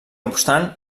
obstant